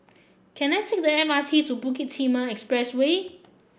can I take the M R T to Bukit Timah Expressway